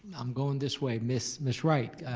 i'm going this way, miss miss wright,